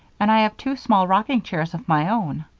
and i have two small rocking chairs of my own.